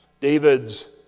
David's